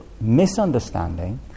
misunderstanding